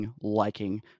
liking